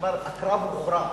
הקרב כבר הוכרע,